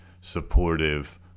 supportive